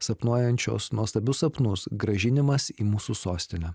sapnuojančios nuostabius sapnus grąžinimas į mūsų sostinę